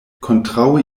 kontraŭe